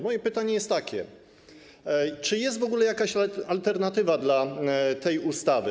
Moje pytanie jest takie: Czy jest w ogóle jakaś alternatywa dla tej ustawy?